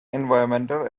environmental